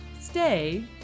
stay